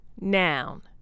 noun